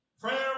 Prayer